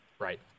Right